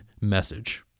message